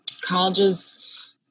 colleges